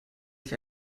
sich